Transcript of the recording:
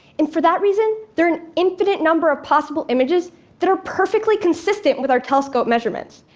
and for that reason, there are an infinite number of possible images that are perfectly consistent with our telescope measurements.